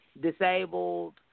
disabled